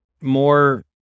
more